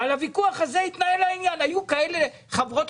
העניין התנהל על הוויכוח הזה.